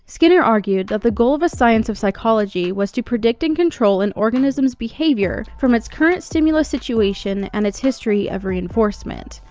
skinner argued that the goal of a science of psychology was to predict and control an organism's behavior from its current stimulus situation and its history of reinforcement.